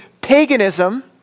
paganism